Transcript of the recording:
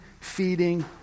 feeding